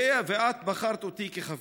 ואיך את בחרת אותי כחבר.